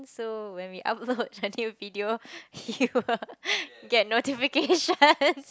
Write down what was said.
so when we upload a new video you will get notifications